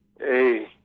Hey